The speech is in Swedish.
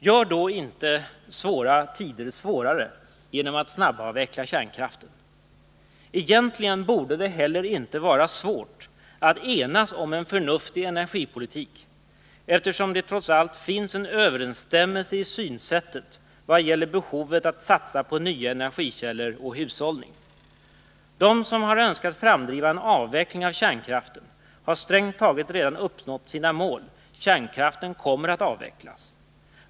Gör då inte svåra tider svårare genom att snabbavveckla kärnkraften! Egentligen borde det heller inte vara svårt att enas om en förnuftig energipolitik, eftersom det trots allt finns en överensstämmelse i synsättet vad gäller behovet att satsa på nya energikällor och hushållning. De som har önskat framdriva en avveckling av kärnkraften har strängt taget redan uppnått sina mål. Kärnkraften kommer att avvecklas.